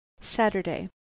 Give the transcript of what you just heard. saturday